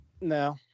no